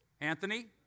Anthony